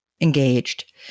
engaged